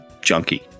junkie